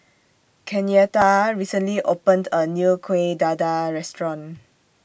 Kenyatta recently opened A New Kueh Dadar Restaurant